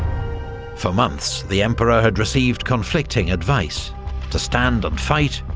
for months the emperor had received conflicting advice to stand and fight,